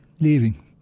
leaving